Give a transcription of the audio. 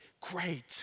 great